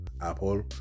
Apple